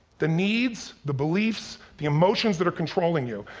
the needs, the beliefs, the emotions that are controlling you,